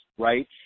right